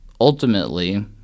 ultimately